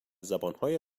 زبانهای